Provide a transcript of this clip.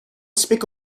speak